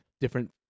different